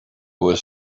was